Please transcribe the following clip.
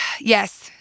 Yes